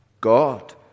God